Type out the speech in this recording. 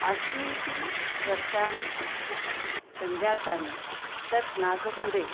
अशीतिः वर्षाणि सञ्जातानि तत् नागपुरे